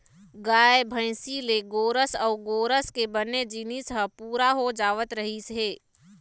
गाय, भइसी ले गोरस अउ गोरस के बने जिनिस ह पूरा हो जावत रहिस हे